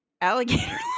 Alligator